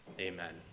Amen